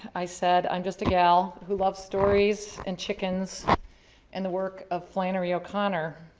i said, i'm just a gal who loves stories and chickens and the work of flannery o'connor.